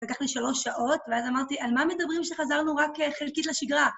לקח לי שלוש שעות, ואז אמרתי, על מה מדברים שחזרנו רק חלקית לשגרה?